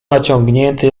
naciągnięty